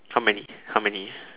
how many how many